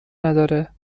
نداره